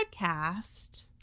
podcast